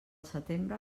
setembre